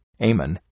Amen